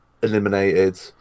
Eliminated